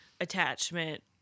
attachment